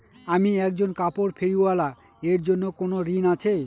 আমি একজন কাপড় ফেরীওয়ালা এর জন্য কোনো ঋণ আছে?